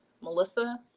Melissa